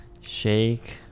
shake